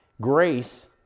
Grace